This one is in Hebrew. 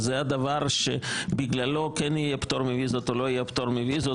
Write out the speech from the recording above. וזה הדבר שבגללו כן יהיה פטור מוויזות או לא יהיה פטור מוויזות,